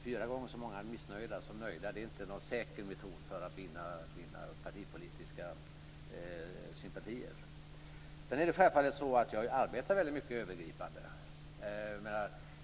Fyra gånger så många missnöjda som nöjda är inte någon säker metod för att vinna partipolitiska sympatier! Sedan är det självfallet så att jag arbetar väldigt mycket övergripande.